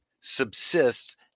subsists